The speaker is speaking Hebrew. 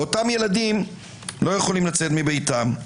אותם ילדים לא יכולים לצאת מביתם.